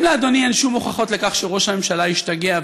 אם לאדוני אין שום הוכחות לכך שראש הממשלה השתגע,